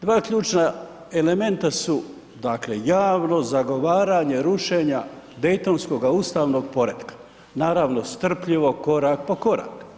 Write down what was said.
Dva ključna elementa su dakle, javno zagovaranje rušenja Daytonskoga ustavnog poretka, naravno, strpljivo, korak po korak.